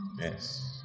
Yes